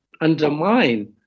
undermine